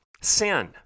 Sin